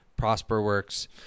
ProsperWorks